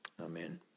Amen